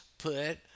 Put